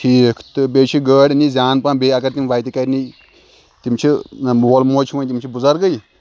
ٹھیٖک تہٕ بیٚیہِ چھِ گٲڑۍ نہِ زان پَہَم بیٚیہِ اَگر تِم وَتہِ کَرِنی تِم چھِ نَہ مول موج چھُ وۄنۍ تِم چھِ بُزَرگٕے